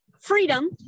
freedom